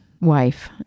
wife